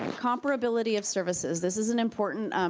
and comparability of services, this is an important